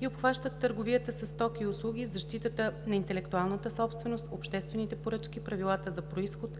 и обхващат търговията със стоки и услуги, защитата на интелектуалната собственост, обществените поръчки, правилата за произход,